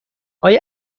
آیا